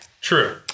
True